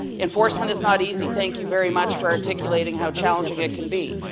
enforcement is not easy. thank you very much for articulateing how challenging it can be.